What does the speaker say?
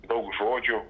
daug žodžių